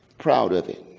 proud of it.